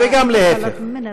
וגם להפך.